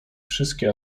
wszystkie